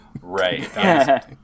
right